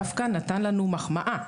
דווקא נתן לנו מחמאה.